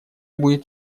будет